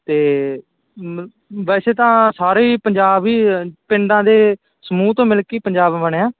ਅਤੇ ਮ ਵੈਸੇ ਤਾਂ ਸਾਰੇ ਹੀ ਪੰਜਾਬ ਵੀ ਪਿੰਡਾਂ ਦੇ ਸਮੂਹ ਤੋਂ ਮਿਲ ਕੇ ਹੀ ਪੰਜਾਬ ਬਣਿਆ